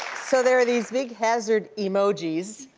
so there are these big hazard emojis,